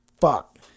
fuck